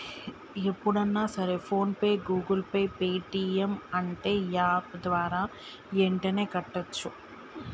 ఎప్పుడన్నా సరే PhonePe Google Pay Paytm అంటే యాప్ ద్వారా యెంటనే కట్టోచ్చు